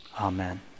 amen